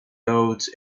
owed